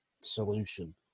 solution